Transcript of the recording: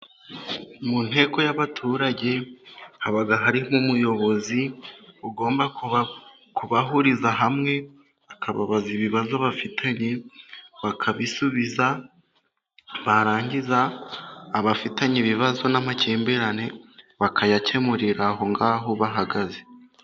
Mu nteko y'abaturage haba hari nk'umuyobozi ugomba kubahuriza hamwe, akababaza ibibazo bafitanye bakabisubiza, barangiza abafitanye ibibazo n'amakimbirane bakayakemurira aho ngaho bahagaze.